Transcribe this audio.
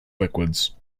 liquids